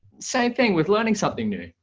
same thing with learning something new.